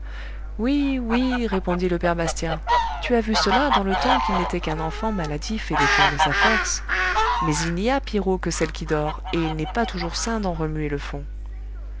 oui oui répondit le père bastien tu as vu cela dans le temps qu'il n'était qu'un enfant maladif et défiant de sa force mais il n'y a pire eau que celle qui dort et il n'est pas toujours sain d'en remuer le fond